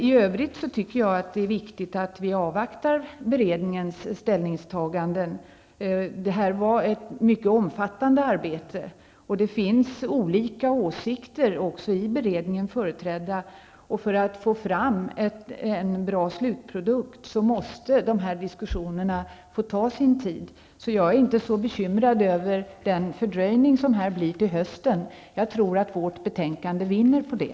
I övrigt tycker jag att det är viktigt att vi avvaktar beredningens ställningstaganden. Det här var ett mycket omfattande arbete, och det finns olika åsikter företrädda i beredningen. För att få fram en bra slutprodukt måste dessa diskussioner få ta sin tid. Jag är därför inte så bekymrad över den fördröjning fram till i höst som uppkommer. Jag tror att vårt betänkande vinner på det.